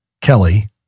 Kelly